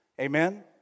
Amen